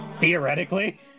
Theoretically